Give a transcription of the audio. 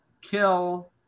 kill